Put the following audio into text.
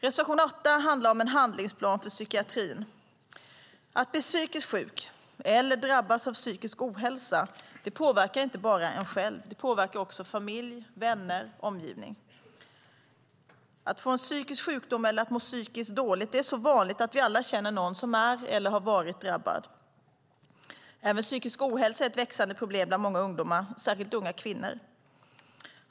Reservation 8 handlar om en handlingsplan för psykiatrin. Att bli psykiskt sjuk eller drabbas av psykisk ohälsa påverkar inte bara en själv, utan det påverkar också familj, vänner och omgivning. Att få en psykisk sjukdom eller att må psykiskt dåligt är så vanligt att vi alla känner någon som är eller har varit drabbad. Psykisk ohälsa är också ett växande problem bland många ungdomar, särskilt bland unga kvinnor.